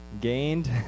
gained